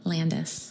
Landis